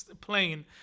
plane